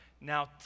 Now